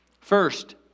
First